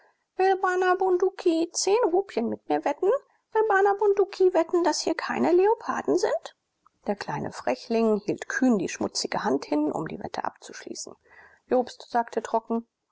will bana bunduki zehn rupien mit mir wetten will bana bunduki wetten daß hier keine leoparden sind der kleine frechling hielt kühn die schmutzige hand hin um die wette abzuschließen jobst sagte trocken